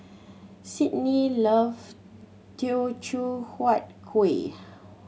Sydni love Teochew Huat Kueh